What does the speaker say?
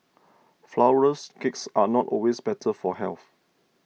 Flourless Cakes are not always better for health